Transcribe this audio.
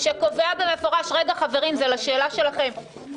מחר זה יהיה המשותפת.